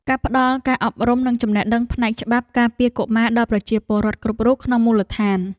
ការផ្តល់ការអប់រំនិងចំណេះដឹងផ្នែកច្បាប់ការពារកុមារដល់ប្រជាពលរដ្ឋគ្រប់រូបក្នុងមូលដ្ឋាន។